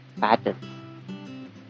patterns